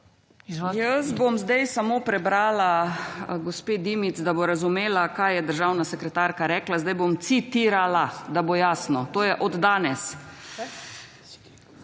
Jaz bom sedaj samo prebrala gospe Dimic, da bo razumela kaj je državna sekretarka rekla sedaj bom citirala, da bo jasno, to je od danes: